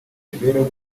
imibereho